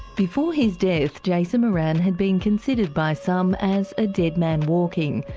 before his death, jason moran had been considered by some as a dead man walking.